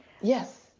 Yes